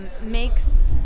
Makes